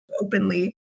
openly